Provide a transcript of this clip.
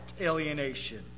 alienation